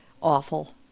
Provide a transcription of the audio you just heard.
awful